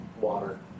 water